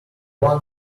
one